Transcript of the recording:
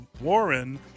Warren